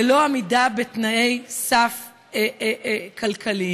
ללא עמידה בתנאי סף כלכליים.